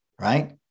right